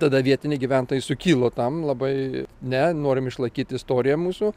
tada vietiniai gyventojai sukilo tam labai ne norim išlaikyti istoriją mūsų